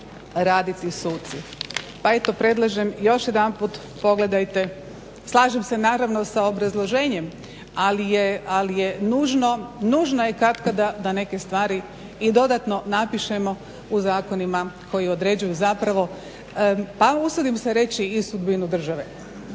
raditi suci. Pa eto predlažem još jedanput pogledajte, slažem se naravno sa obrazloženjem ali je nužno katkada da neke stvari i dodatno napišemo u zakonima koji određuju zapravo pa usudim se reći i sudbinu države.